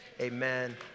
amen